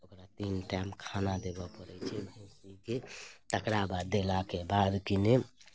ओकरा तीन टाइम खाना देबय पड़ैत छै भैँसीके तकरा बाद देलाके बाद किने